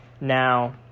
Now